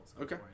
Okay